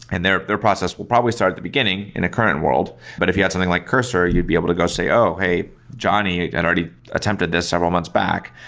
and their their process will probably start at the beginning in a current world. but if you have something like cursor, you'd be able to go say, oh! hey, johnny had already attempted this several months back.